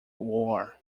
war